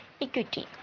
equity